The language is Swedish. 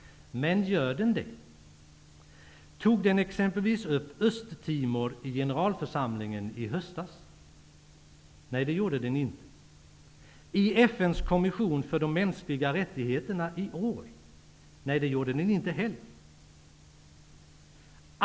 Men gör den det? Tog regeringen exempelvis upp Östtimor i generalförsamlingen i höstas? Nej, det gjorde den inte. Eller i FN:s kommission för de mänskliga rättigheterna i år? Nej, det gjorde den inte heller.